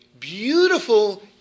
beautiful